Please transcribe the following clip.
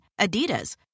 Adidas